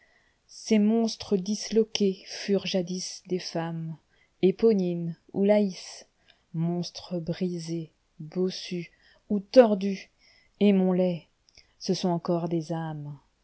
ces monstres disloqués furent jadis des femmes éponine ou laïs monstres brisés bossusou tordus aimons les ce sont encor des âmes